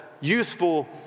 useful